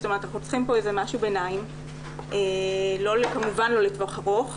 זאת אומרת אנחנו צריכים פה איזה משהו ביניים כמובן לא לטווח ארוך.